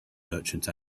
merchant